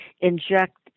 inject